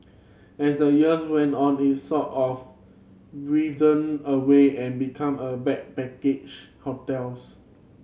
as the years went on it sort of withered away and become a backpacker's hotels